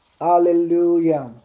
Hallelujah